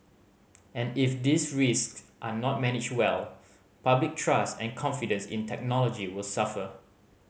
and if these risk are not managed well public trust and confidence in technology will suffer